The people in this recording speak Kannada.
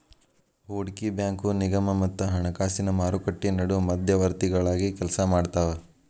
ಹೂಡಕಿ ಬ್ಯಾಂಕು ನಿಗಮ ಮತ್ತ ಹಣಕಾಸಿನ್ ಮಾರುಕಟ್ಟಿ ನಡು ಮಧ್ಯವರ್ತಿಗಳಾಗಿ ಕೆಲ್ಸಾಮಾಡ್ತಾವ